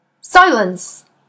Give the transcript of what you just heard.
Silence